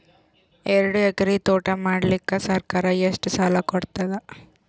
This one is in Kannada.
ಎರಡು ಎಕರಿ ತೋಟ ಮಾಡಲಿಕ್ಕ ಸರ್ಕಾರ ಎಷ್ಟ ಸಾಲ ಕೊಡತದ?